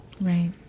Right